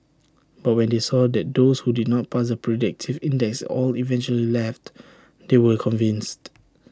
but when they saw that those who did not pass the predictive index all eventually left they were convinced